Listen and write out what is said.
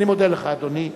אני מודה לך, אדוני.